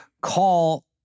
call